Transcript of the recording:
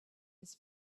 his